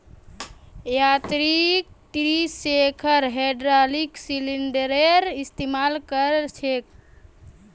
यांत्रिक tree shaker hydraulic सिलिंडरेर इस्तेमाल कर छे